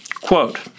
Quote